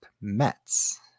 Mets